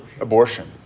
Abortion